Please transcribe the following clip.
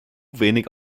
wenig